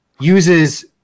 uses